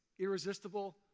irresistible